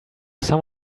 some